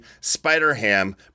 Spider-Ham